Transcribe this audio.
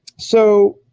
so